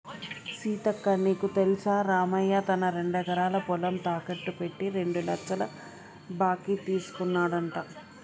సీతక్క నీకు తెల్సా రామయ్య తన రెండెకరాల పొలం తాకెట్టు పెట్టి రెండు లచ్చల బాకీ తీసుకున్నాడంట